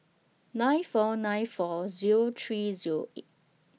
nine four nine four Zero three Zero eight